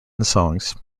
songs